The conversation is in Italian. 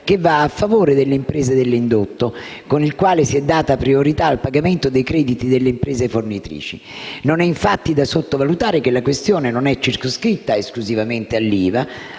che va a favore delle imprese dell'indotto, con il quale si è data priorità al pagamento dei crediti delle imprese fornitrici. Non è, infatti, da sottovalutare che la questione non è circoscritta esclusivamente all'ILVA,